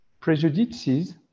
prejudices